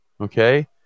okay